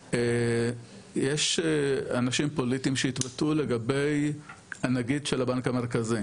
יש אנשים פוליטיים שהתבטאו לגבי הנגיד של הבנק המרכזי,